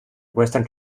western